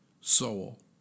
soul